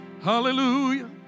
Hallelujah